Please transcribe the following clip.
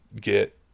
get